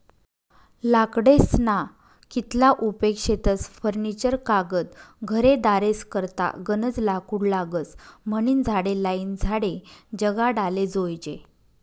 लाकडेस्ना कितला उपेग शेतस फर्निचर कागद घरेदारेस करता गनज लाकूड लागस म्हनीन झाडे लायीन झाडे जगाडाले जोयजे